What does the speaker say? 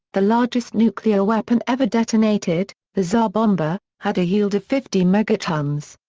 the largest nuclear weapon ever detonated, the tsar bomba, had a yield of fifty megatons.